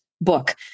book